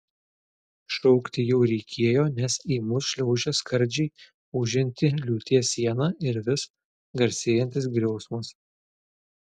šaukti jau reikėjo nes į mus šliaužė skardžiai ūžianti liūties siena ir vis garsėjantis griausmas